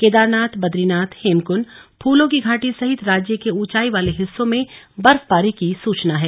केदारनाथ बदरीनाथ हेमकुंड फूलों की घाटी सहित राज्य के ऊंचाई वाले हिस्सों में बर्फबारी की सूचना है